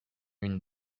une